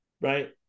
right